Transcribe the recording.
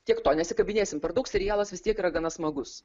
tiek to nesikabinėkim per daug serialas vis tiek yra gana smagus